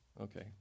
Okay